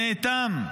נאטם,